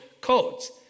codes